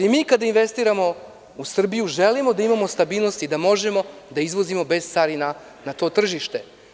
I mi kada investiramo u Srbiju, želimo da imamo stabilnost i da možemo da izvozimo bez carina na to tržište.